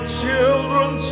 children